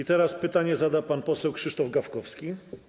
A teraz pytanie zada pan poseł Krzysztof Gawkowski.